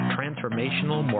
Transformational